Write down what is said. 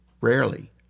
rarely